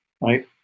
right